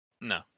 No